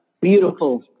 beautiful